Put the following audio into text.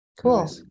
cool